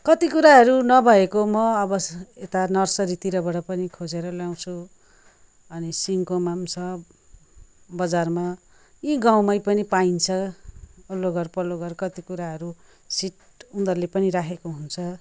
कति कुराहरू नभएको म अब यता नर्सरीतिरबाट पनि खोजेर ल्याउँछु अनि सिंहकोमा पनि छ बजारमा यहीँ गाउँमै पनि पाइन्छ वल्लो घर पल्लो घर कति कुराहरू सिड उनीहरूले पनि राखेको हुन्छ